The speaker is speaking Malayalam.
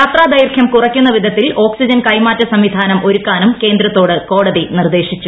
യാത്രാദൈർഘ്യം കുറയ്ക്കുന്ന വിധത്തിൽ ഓക്സിജൻ കൈമാറ്റ സംവിധാനം ഒരുക്കാനും കേന്ദ്രത്തോട് കോടതി നിർദ്ദേശിച്ചു